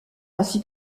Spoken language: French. ainsi